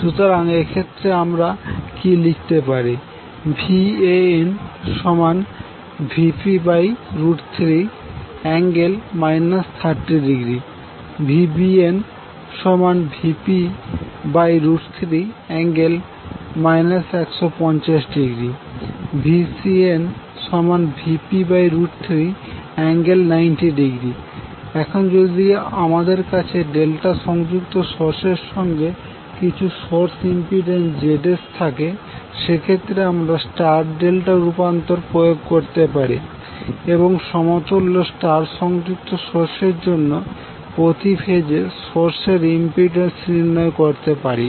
সুতরাং এক্ষেত্রে আমরা কি লিখতে পারি VanVp3∠ 30° VbnVp3∠ 150° VcnVp3∠90° এখন যদি আমাদের কাছে ডেল্টা সংযুক্ত সোর্সের সঙ্গে কিছু সোর্স ইম্পিড্যান্স ZSথাকে সেক্ষেত্রে আমরা স্টার ডেল্টা রূপান্তর প্রয়োগ করতে পারি এবং সমতুল্য স্টার সংযুক্ত সোর্সের জন্য প্রতি ফেজে সোর্সের ইম্পিড্যান্স নির্ণয় করতে পারি